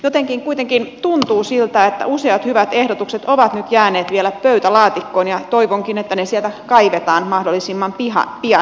jotenkin kuitenkin tuntuu siltä että useat hyvät ehdotukset ovat nyt jääneet vielä pöytälaatikkoon ja toivonkin että ne sieltä kaivetaan mahdollisimman pian esille